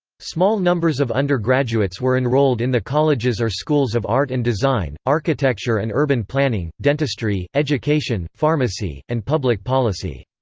small numbers of undergraduates were enrolled in the colleges or schools of art and design, architecture and urban planning, dentistry, education, pharmacy, and public policy.